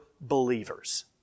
believers